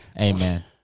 amen